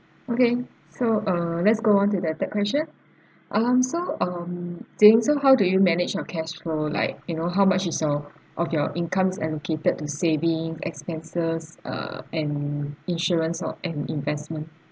okay so uh let's go on to the third question um so um jane so how do you manage your cash roll like you know how much is your of your income dedicated to saving expenses uh and insurance or and investment